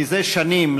זה שנים,